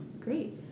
Great